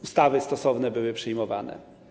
Ustawy stosowne były przyjmowane.